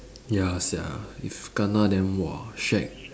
ya sia if kena then !wah! shagged